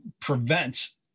prevents